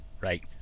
Right